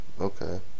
Okay